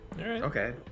Okay